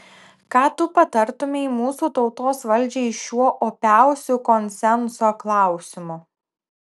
ką tu patartumei mūsų tautos valdžiai šiuo opiausiu konsenso klausimu